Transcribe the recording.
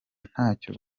ntacyo